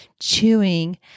chewing